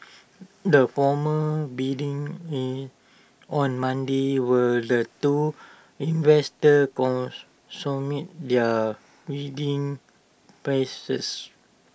the formal bidding is on Monday were the two investors com submit their bidding prices